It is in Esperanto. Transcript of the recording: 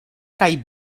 kaj